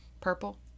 Purple